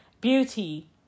beauty